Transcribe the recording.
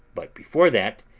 but before that,